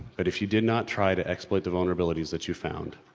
but if you did not try to exploit the vulnerabilities that you found